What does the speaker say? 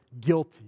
guilty